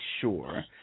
sure